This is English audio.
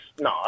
No